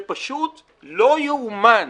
זה פשוט לא יאומן